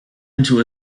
into